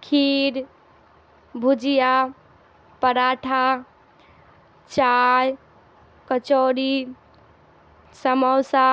کھیر بھجیا پراٹھا چائے کچوری سموسہ